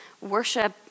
worship